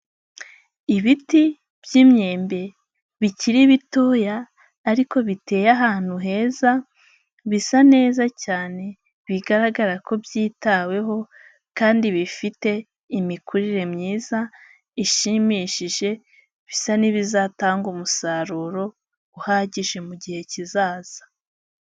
Ibiti by'imyembe bikiri bitoya ariko biteye ahantu heza, bisa neza cyane bigaragara ko byitaweho kandi bifite imikurire myiza ishimishije, bisa n'ibizatanga umusaruro uhagije mu gihe kizaza.